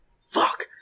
fuck